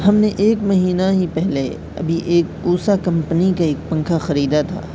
ہم نے ایک مہینہ ہی پہلے ابھی ایک اوسا کمپنی کا ایک پنکھا خریدا تھا